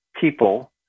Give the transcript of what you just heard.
people